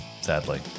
Sadly